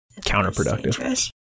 counterproductive